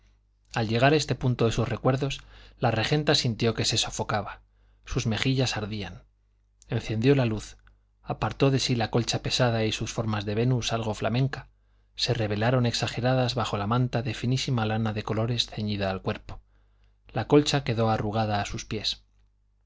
al llegar a este punto de sus recuerdos la regenta sintió que se sofocaba sus mejillas ardían encendió luz apartó de sí la colcha pesada y sus formas de venus algo flamenca se revelaron exageradas bajo la manta de finísima lana de colores ceñida al cuerpo la colcha quedó arrugada a los pies